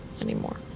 anymore